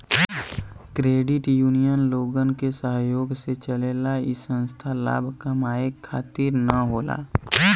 credit union लोगन के सहयोग से चलला इ संस्था लाभ कमाये खातिर न होला